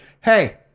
hey